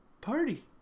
party